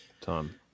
Tom